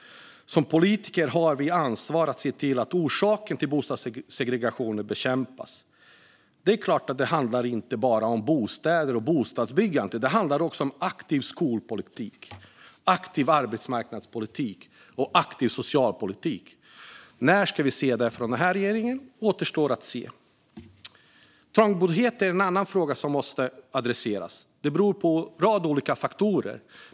Som politiker har vi ansvar för att se till att orsaken till bostadssegregationen bekämpas. Det är klart att det inte bara handlar om bostäder och byggande. Det handlar också om aktiv skolpolitik, aktiv arbetsmarknadspolitik och aktiv socialpolitik. När vi får se det från den här regeringen återstår att se. Trångboddhet är annan fråga som måste adresseras. Den beror på en rad olika faktorer.